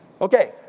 Okay